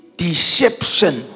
deception